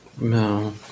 No